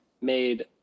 made